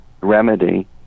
remedy